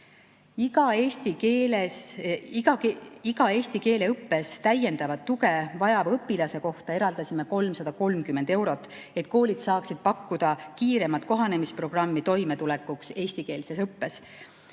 Iga eesti keele õppes täiendavat tuge vajava õpilase kohta eraldasime 330 eurot, et koolid saaksid pakkuda kiiremat kohanemisprogrammi toimetulekuks eestikeelses õppes.